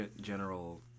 General